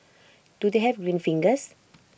do they have green fingers